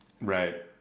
Right